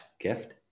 gift